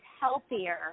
healthier